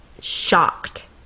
shocked